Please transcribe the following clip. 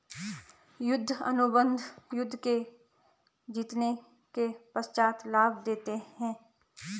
युद्ध अनुबंध युद्ध के जीतने के पश्चात लाभ देते हैं